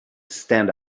stand